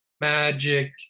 magic